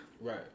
Right